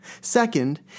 Second